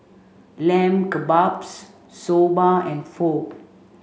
Lamb Kebabs Soba and Pho